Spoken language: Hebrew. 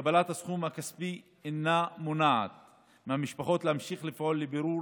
קבלת הסכום הכספי אינה מונעת מהמשפחות להמשיך לפעול לבירור